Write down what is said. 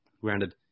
Granted